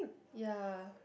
ya